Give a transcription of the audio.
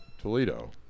Toledo